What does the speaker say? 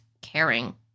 caring